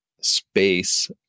space